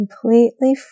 completely